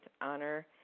honor